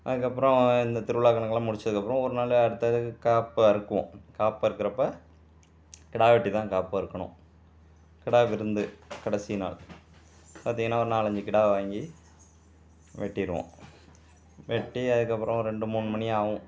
அதுக்கப்புறம் இந்த திருவிழா கணக்குலாம் முடிச்சதுக்கு அப்புறம் ஒருநாளு அடுத்த இதுக்கு காப்பு அறுக்குவோம் காப்பறுக்குறப்ப கிடா வெட்டி தான் காப்பறுக்கணும் கிடா விருந்து கடைசி நாள் பார்த்தீங்கனா ஒரு நாலஞ்சு கிடா வாங்கி வெட்டிருவோம் வெட்டி அதுக்கப்புறம் ஒரு ரெண்டு மூணு மணி ஆகும்